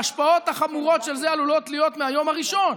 ההשפעות החמורות של זה עלולות להיות מהיום הראשון,